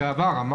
עיר אדומה לשעבר.